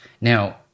Now